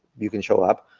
you can show up.